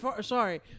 sorry